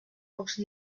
pocs